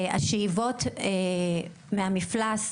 השאיבות מהמפלס,